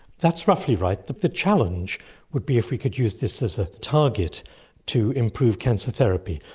that's roughly right. the the challenge would be if we could use this as a target to improve cancer therapy.